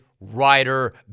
Ryder